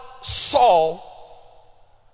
Saul